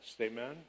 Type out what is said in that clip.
Amen